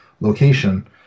location